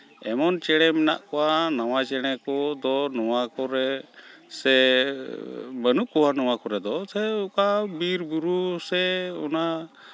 ᱮᱢᱚᱱ ᱪᱮᱬᱮ ᱢᱮᱱᱟᱜ ᱠᱚᱣᱟ ᱱᱟᱣᱟ ᱪᱮᱬᱮ ᱠᱚᱫᱚ ᱱᱚᱣᱟ ᱠᱚᱨᱮᱜ ᱥᱮ ᱵᱟᱹᱱᱩᱜ ᱠᱚᱣᱟ ᱱᱚᱣᱟ ᱠᱚᱨᱮ ᱫᱚ ᱥᱮ ᱚᱠᱟ ᱵᱤᱨᱼᱵᱩᱨᱩ ᱥᱮ ᱚᱱᱟ